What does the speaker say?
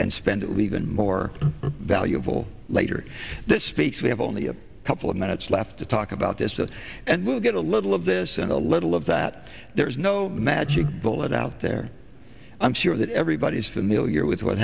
and spend we've been more valuable later this speech we have only a couple of minutes left to talk about this and we'll get a little of this and a little of that there is no magic bullet out there i'm sure everybody is familiar with what